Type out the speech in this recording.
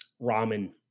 ramen